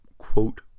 quote